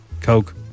coke